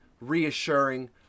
reassuring